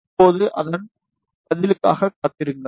இப்போது அதன் பதிலுக்காக காத்திருங்கள்